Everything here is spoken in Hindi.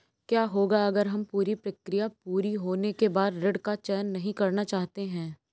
क्या होगा अगर हम पूरी प्रक्रिया पूरी होने के बाद ऋण का चयन नहीं करना चाहते हैं?